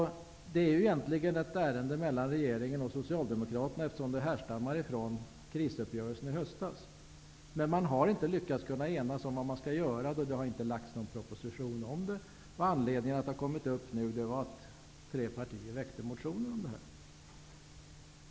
Detta är egentligen ett ärende mellan regeringen och Socialdemokraterna, eftersom det härstammar från krisuppgörelsen i höstas. Man har inte lyckats ena sig om vad man skall göra. Det har inte lagts fram någon proposition i frågan, och anledningen till att den har kommit upp nu är att tre partier har väckt motioner i ärendet.